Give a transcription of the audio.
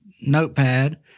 notepad